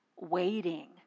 waiting